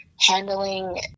handling